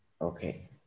Okay